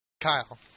Kyle